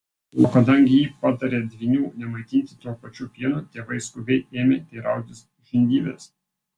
o kadangi ji patarė dvynių nemaitinti tuo pačiu pienu tėvai skubiai ėmė teirautis žindyvės